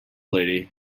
lady